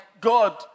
God